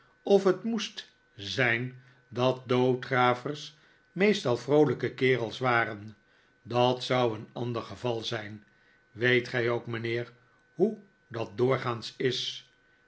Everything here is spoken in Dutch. of het moest zijn dat doodgravers meestal vroolijke kerels waren dat zou een ander geval zijn weet gij ook mijnheer hoe dat doorgaans is